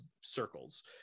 circles